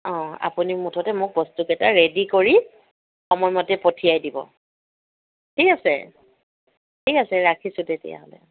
অঁ আপুনি মুঠতে মোক বস্তুকেইটা ৰেডী কৰি সময়মতে পঠিয়াই দিব ঠিক আছে ঠিক আছে ৰাখিছোঁ তেতিয়াহ'লে